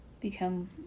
become